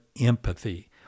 empathy